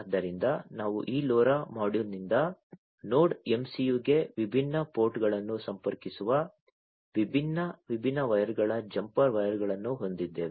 ಆದ್ದರಿಂದ ನಾವು ಈ LoRa ಮಾಡ್ಯೂಲ್ನಿಂದ ನೋಡ್ MCUಗೆ ವಿಭಿನ್ನ ಪೋರ್ಟ್ಗಳನ್ನು ಸಂಪರ್ಕಿಸುವ ವಿಭಿನ್ನ ವಿಭಿನ್ನ ವೈರ್ಗಳ ಜಂಪರ್ ವೈರ್ಗಳನ್ನು ಹೊಂದಿದ್ದೇವೆ